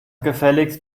gefälligst